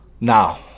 Now